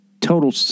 total